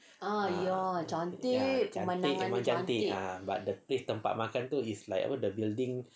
ya cantik memang cantik but the place tempat makan tu it's like all the buildings